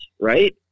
right